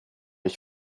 ich